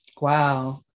wow